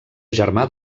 germà